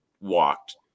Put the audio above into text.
walked